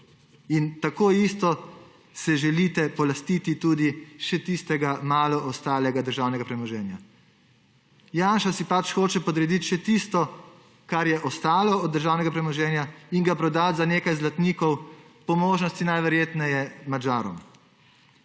In enako tako se želite polastiti še tistega malo preostalega državnega premoženja. Janša si pač hoče podrediti še tisto, kar je ostalo od državnega premoženja in ga prodati za nekaj zlatnikov, po možnosti najverjetneje Madžarom.